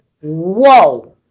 Whoa